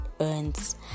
earns